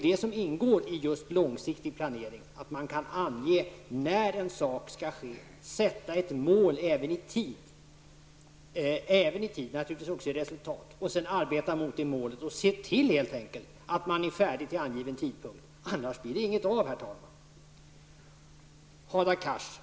Det ingår i långsiktig planering att kunna ange när en sak skall ske och att sätta ett mål även i tiden -- naturligtvis också i resultat -- och sedan arbeta mot detta mål. Man ser helt enkelt till att man är färdig vid angiven tidpunkt. Annars blir det inget av, herr talman.